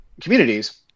communities